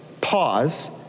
pause